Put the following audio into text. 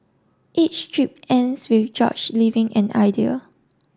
each strip ends with George leaving an idea